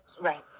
Right